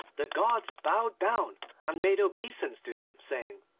the guards bowed down and made obeisance to him, saying,